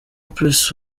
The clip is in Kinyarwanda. press